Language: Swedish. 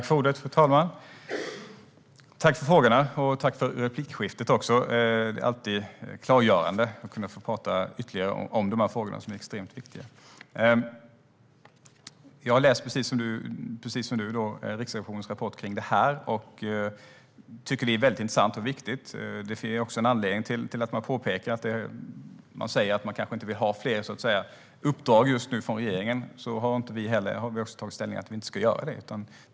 Fru talman! Tack för frågorna och repliken, Désirée Pethrus! Det är alltid klargörande att få tala ytterligare om de här frågorna som är extremt viktiga. Jag har precis som du läst Riksrevisionens rapport om det här och tycker att den är mycket intressant och viktig. Det här är en anledning till att man säger att man inte vill ha fler uppdrag från regeringen just nu, och vi har också tagit ställning och sagt att vi inte ska ge det.